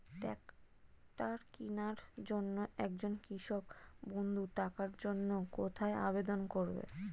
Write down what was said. Tractor কিনার জন্য একজন কৃষক বন্ধু টাকার জন্য কোথায় আবেদন করবে?